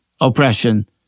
oppression